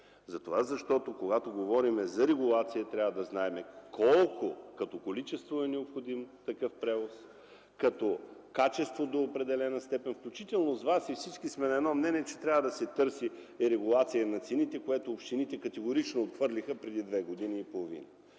превоз и когато говорим за регулация трябва да знаем колко като количество е необходим такъв превоз, като качество – до определена степен. Включително с Вас, както и всички, сме на едно мнение, че трябва да се търси регулация на цените, което общините категорично отхвърлиха преди две години и половина.